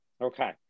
Okay